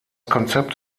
konzept